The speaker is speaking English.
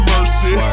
Mercy